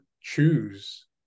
choose